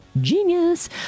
Genius